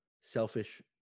selfish